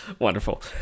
Wonderful